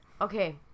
Okay